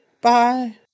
Bye